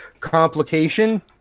complication